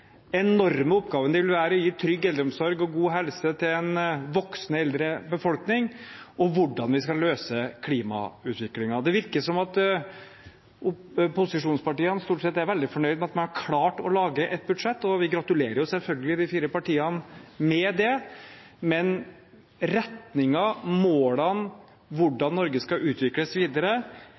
enorme oppgaven det vil være å gi trygg eldreomsorg og god helse til en voksende eldre befolkning, og hvordan vi skal løse klimautviklingen. Det virker som at posisjonspartiene stort sett er veldig fornøyd med at man har klart å lage et budsjett, og vi gratulerer jo selvfølgelig de fire partiene med det, men retningen, målene, hvordan Norge skal utvikles videre,